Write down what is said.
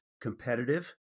competitive